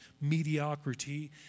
mediocrity